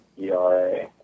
ERA